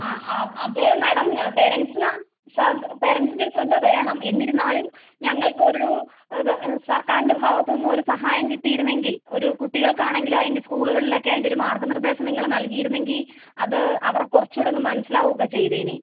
ആ ആ അതെ മാഡം പേരൻറ്റ്സിന് സ പേരൻറ്റ്സിൻ്റെ ഒരു ശ്രദ്ധ വേണം എന്നിരുന്നാലും ഞങ്ങൾക്കൊരു സർക്കാരിൻ്റെ ഭാഗത്തുനിന്നുമൊരു സഹായം കിട്ടിയിരുന്നെങ്കിൽ ഒരു കുട്ടികൾക്കാണെങ്കിലും അതിൻ്റെ സ്കൂളുകളിലൊക്കെ അതിൻ്റെ ഒരു മാർഗനിർദ്ദേശം നിങ്ങൾ നൽകിയിരുന്നെങ്കിൽ അത് അവർ കുറച്ചുകൂടെയൊന്ന് മനസ്സിലാവുക ഒക്കെ ചെയ്തേനെ